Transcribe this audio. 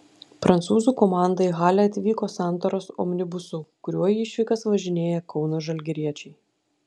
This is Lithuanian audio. prancūzų komanda į halę atvyko santaros omnibusu kuriuo į išvykas važinėja kauno žalgiriečiai